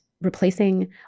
replacing